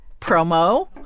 promo